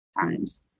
times